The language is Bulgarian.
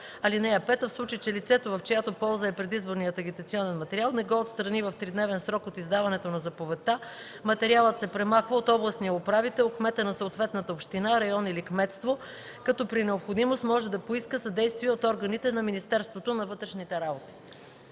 (5) В случай че лицето, в чиято полза е предизборният агитационен материал, не го отстрани в тридневен срок от издаването на заповедта, материалът се премахва от областния управител, кмета на съответната община, район или кметство, като при необходимост може да поиска съдействие от органите на Министерството на вътрешните работи.”